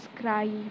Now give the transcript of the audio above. cry